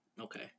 Okay